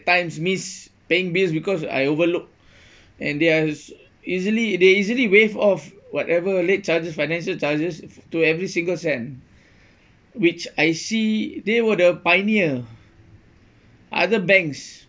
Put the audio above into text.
times miss paying bills because I overlooked and they are easily they easily waive off whatever late charges financial charges to every single cent which I see they were the pioneer other banks